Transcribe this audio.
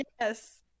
Yes